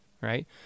Right